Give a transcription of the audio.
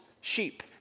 sheep